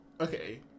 Okay